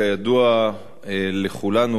כידוע לכולנו,